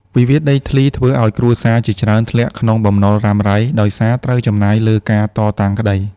វិវាទដីធ្លីធ្វើឱ្យគ្រួសារជាច្រើនធ្លាក់ក្នុងបំណុលរ៉ាំរ៉ៃ ដោយសារត្រូវចំណាយលើការតតាំងក្ដី។